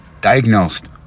diagnosed